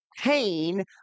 pain